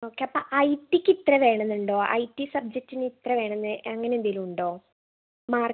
okay അപ്പോൾ I T ക്ക് ഇത്ര വേണമെന്നുണ്ടോ ഐ ടി സബ്ജെക്ടിന് ഇത്ര വേണമെന്ന് അങ്ങനെ എന്തേലും ഉണ്ടോ മാർക്ക്